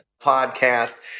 podcast